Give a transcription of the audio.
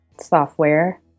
software